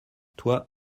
toi